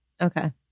Okay